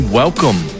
welcome